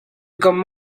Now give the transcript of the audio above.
kam